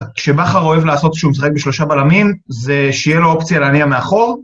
כשבכר אוהב לעשות שהוא משחק בשלושה בלמים זה שיהיה לו אופציה להניע מאחור